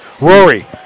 Rory